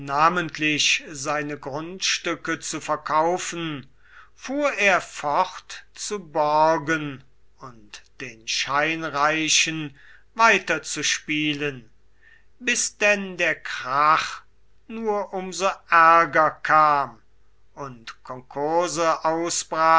seine grundstücke zu verkaufen fuhr er fort zu borgen und den scheinreichen weiter zu spielen bis denn der krach nur um so ärger kam und konkurse